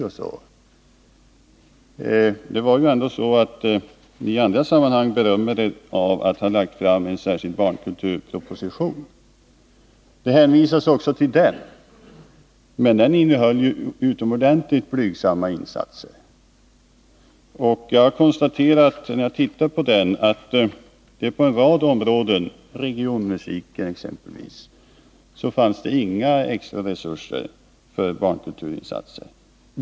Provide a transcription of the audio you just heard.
I andra sammanhang berömmer ni er av att år 1979 ha lagt fram en särskild barnkulturproposition. I betänkandet hänvisas också till den, men den innehöll ju utomordentligt blygsamma förslag till insatser. Efter att ha studerat den har jag funnit att det på en rad områden, t.ex. regionmusikens, inte finns några extra resurser för barnkulturinsatser.